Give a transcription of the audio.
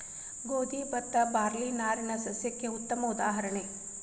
ಗೋದಿ ಬತ್ತಾ ಬಾರ್ಲಿ ನಾರಿನ ಸಸ್ಯಕ್ಕೆ ಉತ್ತಮ ಉದಾಹರಣೆ